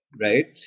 Right